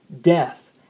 death